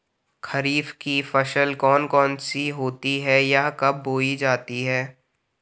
खरीफ की फसल कौन कौन सी होती हैं यह कब बोई जाती हैं?